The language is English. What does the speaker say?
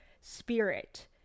spirit